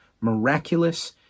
miraculous